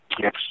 yes